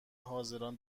حاضران